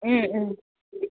ও ও